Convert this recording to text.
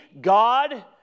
God